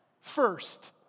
first